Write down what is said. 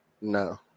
No